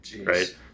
right